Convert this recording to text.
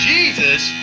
Jesus